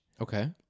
Okay